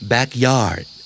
Backyard